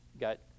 Got